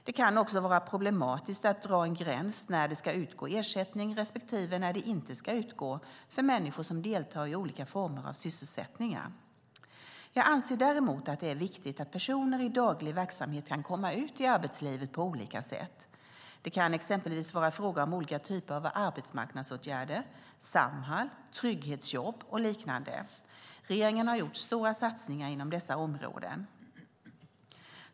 Det kan också vara problematiskt att dra en gräns när det ska utgå ersättning respektive när det inte ska utgå för människor som deltar i olika former av sysselsättningar. Jag anser däremot att det är viktigt att personer i daglig verksamhet kan komma ut i arbetslivet på olika sätt. Det kan exempelvis vara fråga om olika typer av arbetsmarknadsåtgärder, Samhall, trygghetsjobb och liknande. Regeringen har gjort stora satsningar inom dessa områden.